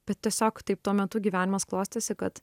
bet tiesiog taip tuo metu gyvenimas klostėsi kad